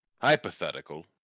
Hypothetical